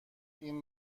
این